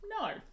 no